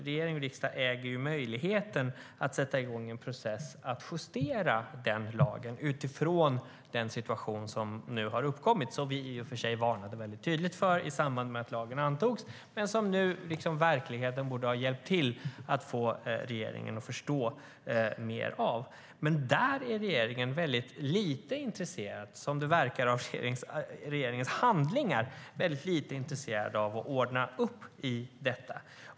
Regering och riksdag äger möjligheten att sätta i gång en process med att justera lagen utifrån den situation som nu har uppkommit. Vi varnade i och för sig tydligt för det i samband med att lagen antogs, men verkligheten borde ha hjälpt regeringen att förstå mer. Regeringen verkar dock utifrån sina handlingar inte vara speciellt intresserad av att ordna upp detta.